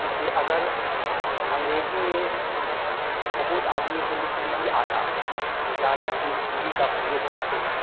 इसे अगर अंग्रेज़ी में बहुत आदमी को लिखने नहीं आता है वे ज़्यादा हिंदी का प्रयोग करते हैं